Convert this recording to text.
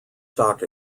stock